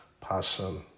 passion